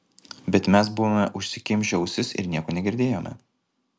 bet mes buvome užsikimšę ausis ir nieko negirdėjome